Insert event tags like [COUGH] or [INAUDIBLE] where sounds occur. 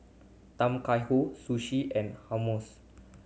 Tom Kha [UNINTELLIGIBLE] Sushi and Hummus